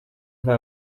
nta